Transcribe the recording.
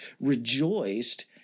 rejoiced